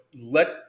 let